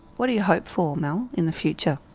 what do you hope for mel in the future?